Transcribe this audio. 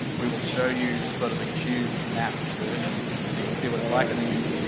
we will show you sort of the cubed mapped version so you can see what it's like and then you,